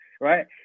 right